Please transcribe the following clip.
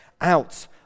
out